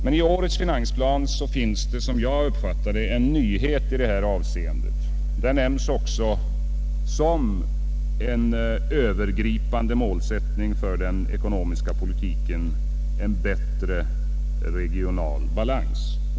Men i årets finansplan finns, som jag uppfattar det, en nyhet i detta avseende. Där nämns också som en övergripande målsättning för den ekonomiska politiken en bättre regional balans.